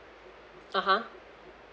(uh huh)